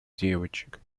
девочек